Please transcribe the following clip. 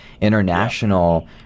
international